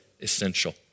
essential